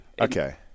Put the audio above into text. Okay